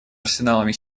арсеналами